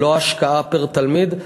לא השקעה פר-תלמיד,